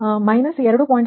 ಆದ್ದರಿಂದ ಕೋನ ಮೈನಸ್ 2